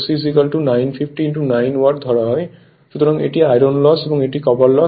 সুতরাং এটি iron loss এবং এটি কপার লস